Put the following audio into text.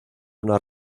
una